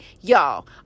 Y'all